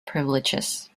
privileges